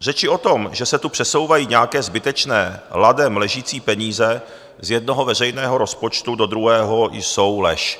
Řeči o tom, že se tu přesouvají nějaké zbytečně ladem ležící peníze z jednoho veřejného rozpočtu do druhého, jsou lež.